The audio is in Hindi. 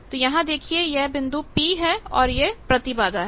तो यहां देखिए यह बिंदु P है और यह प्रतिबाधा है